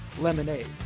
lemonade